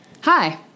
Hi